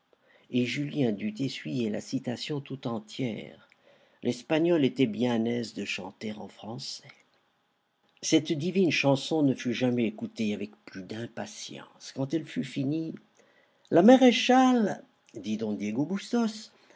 et julien dut essuyer la citation tout entière l'espagnol était bien aise de chanter en français cette divine chanson ne fut jamais écoutée avec plus d'impatience quand elle fut finie la maréchale dit don diego